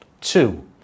Two